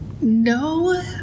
No